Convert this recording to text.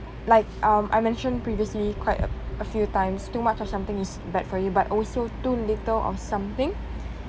like um I mentioned previously quite a few times too much of something is bad for you but also too little of something